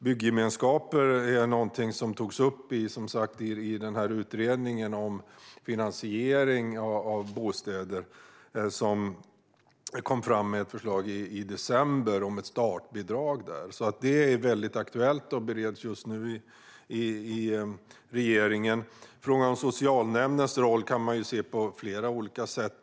Byggemenskaper är som sagt någonting som togs upp i utredningen om finansiering av bostäder, som kom fram med ett förslag i december om ett startbidrag. Det är alltså väldigt aktuellt och bereds just nu i regeringen. Frågan om socialnämndens roll kan man se på flera olika sätt.